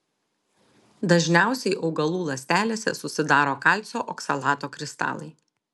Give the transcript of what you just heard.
dažniausiai augalų ląstelėse susidaro kalcio oksalato kristalai